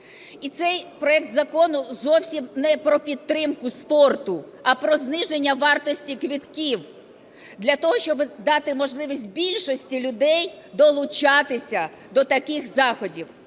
І цей проект закону зовсім не про підтримку спорту, а про зниження вартості квитків, для того, щоб дати можливість більшості людей долучатися до таких заходів.